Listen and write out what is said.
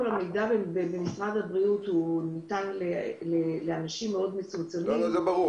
המידע שבמשרד הבריאות ניתן לאנשים מאוד מצומצמים --- ברור,